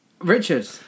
Richard